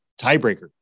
tiebreaker